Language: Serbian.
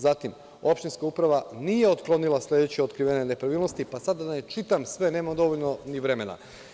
Zatim, opštinska uprava nije otklonila sledeće otkrivene nepravilnosti, sada da ne čitam sve, nemam dovoljno ni vremena.